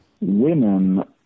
women